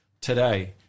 today